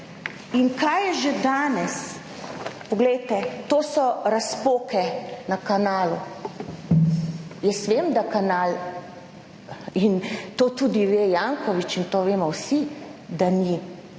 pokaže zboru/ Poglejte, to so razpoke na kanalu. Jaz vem, da kanal, in to tudi ve Jankovič in to vemo vsi, da ni,